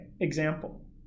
example